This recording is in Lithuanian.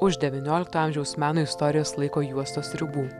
už devyniolikto amžiaus meno istorijos laiko juostos ribų